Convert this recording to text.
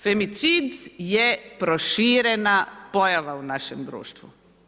Femicid je proširena pojava u našem društvu.